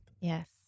Yes